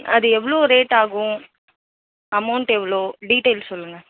அது எவ்வளோ ரேட் ஆகும் அமௌண்ட் எவ்வளோ டீட்டெயில் சொல்லுங்கள்